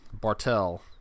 Bartel